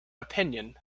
opinion